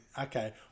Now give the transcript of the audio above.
okay